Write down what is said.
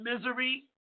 misery